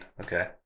Okay